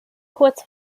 kurz